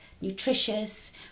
nutritious